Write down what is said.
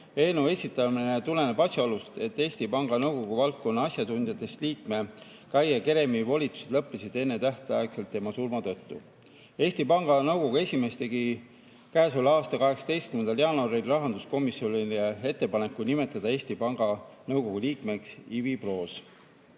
Eelnõu esitamine tuleneb asjaolust, et Eesti Panga Nõukogu valdkonna asjatundjast liikme Kaie Keremi volitused lõppesid ennetähtaegselt tema surma tõttu. Eesti Panga Nõukogu esimees tegi käesoleva aasta 18. jaanuaril rahanduskomisjonile ettepaneku nimetada Eesti Panga Nõukogu liikmeks Ivi Proosi.